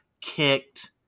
kicked